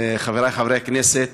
חברי חברי הכנסת,